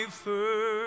first